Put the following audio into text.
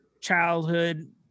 childhood